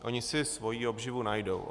Oni si svoji obživu najdou.